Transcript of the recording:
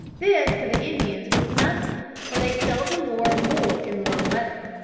this to the indians was nothing, for they seldom wore more in warm weather,